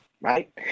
Right